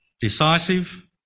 decisive